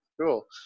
cool